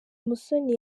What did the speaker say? musoni